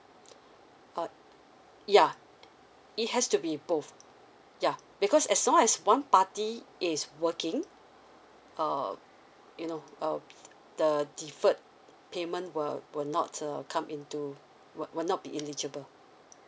uh yeah it has to be both yeah because as long as one party is working uh you know uh the deferred payment will will not uh come in to will will not be eligible